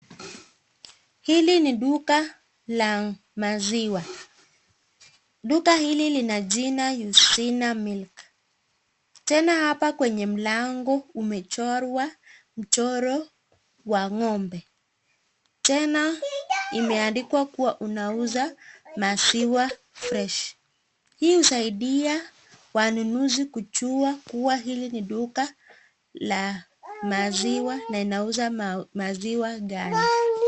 Hili ni duka la maziwa. Duka hili lina jina Eucina milk . Tena hapa kwenye mlango, umechorwa mchoro wa ng'ombe. Tena, imeandikwa kuwa unauza maziwa fresh . Hii husaidia wanunuzi kujua kuwa hili ni duka la maziwa na inauza maziwa gani.